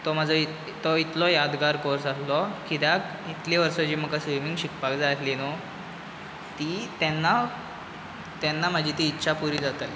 तो म्हजो तो इतलो यादगार कोर्स आसलो कित्याक इतलीं वर्सां जी म्हाका स्विमींग शिकपाक जाय आसली न्हू ती तेन्ना तेन्ना म्हजी ती इच्छा पुरी जाताली